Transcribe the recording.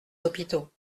hôpitaux